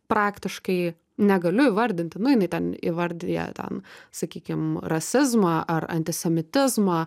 praktiškai negaliu įvardinti nu jinai ten įvardija ten sakykim rasizmą ar antisemitizmą